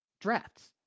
drafts